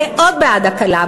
מאוד בעד הקלה,